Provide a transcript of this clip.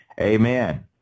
Amen